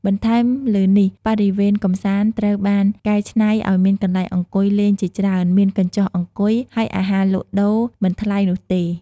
បន្ថែមលើនេះ បរិវេណកម្សាន្តត្រូវបានកែច្នៃឲ្យមានកន្លែងអង្គុយលេងជាច្រើន មានកញ្ចុះអង្គុយ ហើយអាហារលក់ដូរមិនថ្លៃនោះទេ។